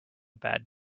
bad